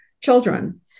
children